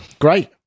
Great